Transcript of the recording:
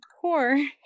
poor